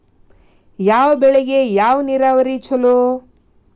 ಯಾವ ಬೆಳಿಗೆ ಯಾವ ನೇರಾವರಿ ಛಲೋ?